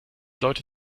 leute